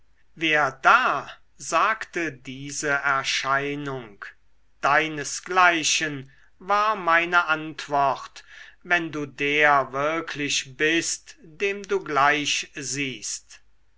wer da sagte diese erscheinung deinesgleichen war meine antwort wenn du der wirklich bist dem du gleich siehst